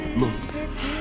look